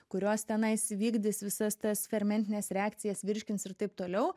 kurios tenais vykdys visas tas fermentines reakcijas virškins ir taip toliau